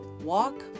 walk